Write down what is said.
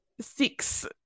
six